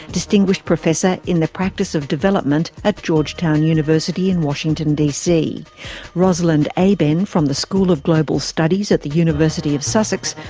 distinguished professor in the practice of development at georgetown university in washington dc rosalind eyben from the school of global studies at the university of sussex,